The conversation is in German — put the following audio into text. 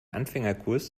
anfängerkurs